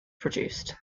produced